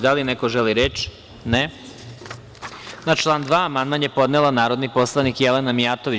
Da li neko želi reč? (Ne.) Na član 2. amandman je podnela narodni poslanik Jelena Mijatović.